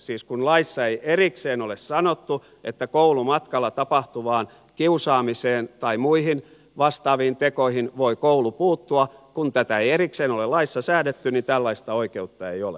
siis kun laissa ei erikseen ole sanottu että koulumatkalla tapahtuvaan kiusaamiseen tai muihin vastaaviin tekoihin voi koulu puuttua kun tätä ei erikseen ole laissa säädetty niin tällaista oikeutta ei ole